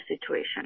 situation